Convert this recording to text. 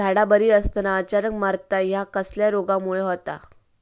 झाडा बरी असताना अचानक मरता हया कसल्या रोगामुळे होता?